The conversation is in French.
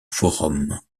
forum